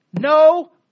no